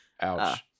Ouch